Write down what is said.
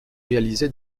réalisé